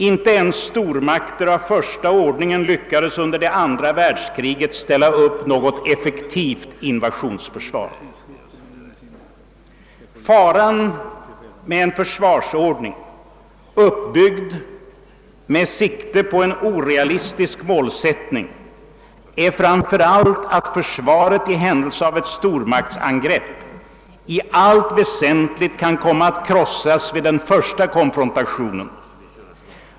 Inte ens stormakter av första ordningen lyckades under andra världskriget ställa upp något effektivt invasionsförsvar. Faran med en försvarsordning, uppbyggd med sikte på ett orealistiskt mål, är framför allt att försvaret i händelse av ett stormaktsangrepp i allt väsentligt kan komma att krossas vid den första konfrontationen.